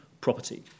property